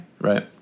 Right